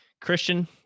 Christian